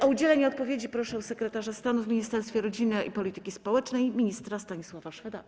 O udzielenie odpowiedzi proszę sekretarza stanu w Ministerstwie Rodziny i Polityki Społecznej pana ministra Stanisława Szweda.